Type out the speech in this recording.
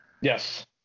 Yes